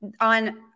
on